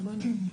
בזום,